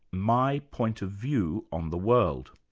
my point of view on the world.